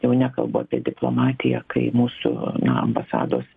jau nekalbu apie diplomatiją kai mūsų ambasados